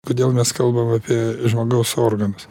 kodėl mes kalbam apie žmogaus organus